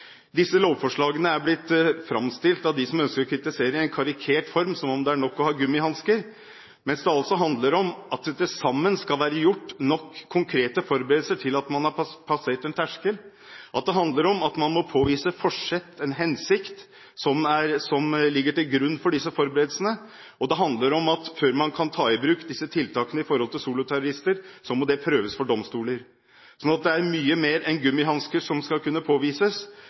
Disse lovforslagene er, av dem som ønsker å kritisere, blitt framstilt i en karikert form, som om det er nok å ha gummihansker, mens det handler om at det til sammen skal være gjort nok av konkrete forberedelser til at man har passert en terskel. Det handler om at man må påvise at et forsett, en hensikt, ligger til grunn for disse forberedelsene. Det handler om at før man kan ta i bruk disse tiltakene overfor soloterrorister, må det prøves for domstolen. Så det er mye mer enn gummihansker som skal kunne påvises.